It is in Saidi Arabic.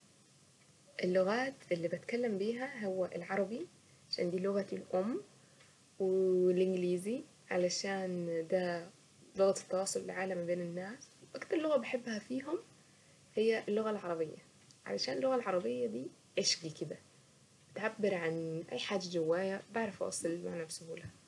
اللغات اللي بتكلم بيها هو العربي عشان دي لغتي الام والانجليزي عشان دا لغة التواصل في العالم ما بين الناس واكتر لغة بحبها فيهم هي اللغة العربية علشان اللغة العربية دي عشقي كده تعبر عن اي حد جوايا بعرف اوصل المعنى سهولة.